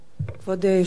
כבוד היושב-ראש,